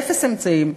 באפס אמצעים,